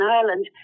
Ireland